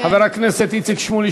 חבר הכנסת איציק שמולי,